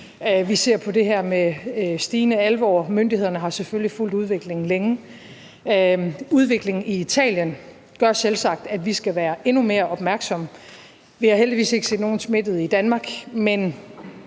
Vi ser på det med stigende alvor. Myndighederne har selvfølgelig fulgt udviklingen længe. Udviklingen i Italien gør selvsagt, at vi skal være endnu mere opmærksomme. Vi har heldigvis ikke set nogen smittede i Danmark, men